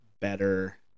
better